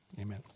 Amen